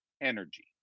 energy